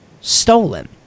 stolen